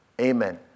Amen